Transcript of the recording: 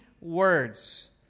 words